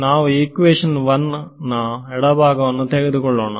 ನಾವು ಈಕ್ವೇಶನ್ 1 ನ ಎಡಭಾಗವನ್ನು ತೆಗೆದುಕೊಳ್ಳೋಣ